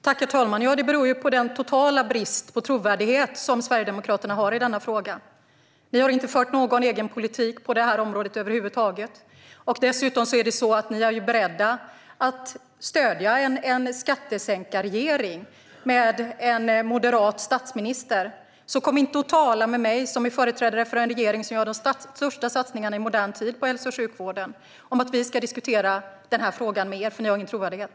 Herr talman! Det beror på den totala brist på trovärdighet som Sverigedemokraterna har i denna fråga. Ni har inte fört någon egen politik på detta område över huvud taget, och dessutom är ni beredda att stödja en skattesänkarregering med en moderat statsminister. Kom inte och tala med mig, som är företrädare för en regering som gör de största satsningarna i modern tid på hälso och sjukvården, om att vi ska diskutera denna fråga med er, för ni har ingen trovärdighet!